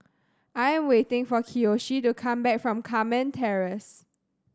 I am waiting for Kiyoshi to come back from Carmen Terrace